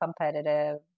competitive